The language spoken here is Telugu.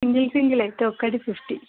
సింగల్ సింగల్ అయితే ఒకటి ఫిఫ్టీ